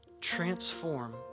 transform